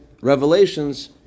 revelations